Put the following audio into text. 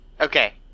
Okay